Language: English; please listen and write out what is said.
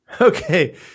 Okay